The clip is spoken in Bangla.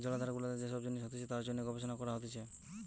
জলাধার গুলাতে যে সব জিনিস হতিছে তার জন্যে গবেষণা করা হতিছে